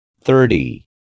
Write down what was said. Thirty